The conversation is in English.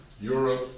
Europe